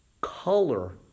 color